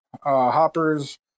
Hoppers